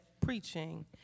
preaching